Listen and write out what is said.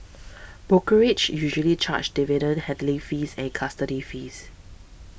brokerages usually charge dividend handling fees and custody fees